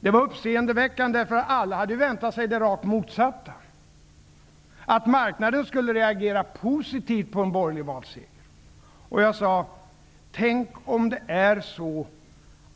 Det var uppseendeväckande eftersom alla hade väntat sig det rakt motsatta: att marknaden skulle reagera positivt på en borgerlig valseger. Jag sade: ''Tänk om det är så